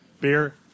Beer